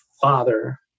father